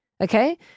okay